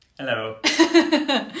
Hello